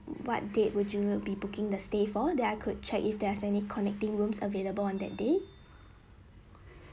what date would you would be booking the stay for that I could check if there's any connecting rooms available on that day